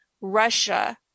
Russia